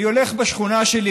אני הולך בשכונה שלי,